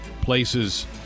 places